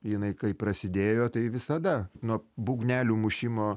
jinai kai prasidėjo tai visada nuo būgnelių mušimo